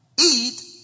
eat